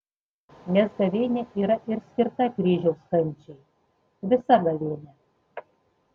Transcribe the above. nes gavėnia yra ir skirta kryžiaus kančiai visa gavėnia